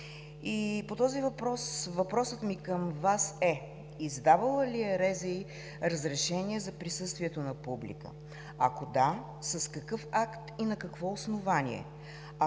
на публика. Въпросът ми към Вас е: издавала ли е РЗИ разрешение за присъствието на публика? Ако да, с какъв акт и на какво основание?